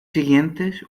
siguientes